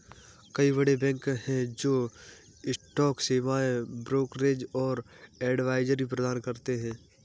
कई बड़े बैंक हैं जो स्टॉक सेवाएं, ब्रोकरेज और एडवाइजरी प्रदान करते हैं